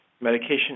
medication